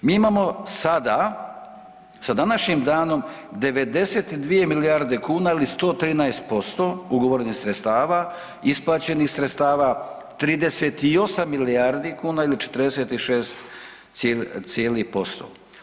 Mi imamo sada sa današnjim danom 92 milijarde kuna ili 113% ugovorenih sredstava, isplaćenih sredstava 38 milijardi kuna ili 46 cijelih posto.